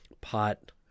pot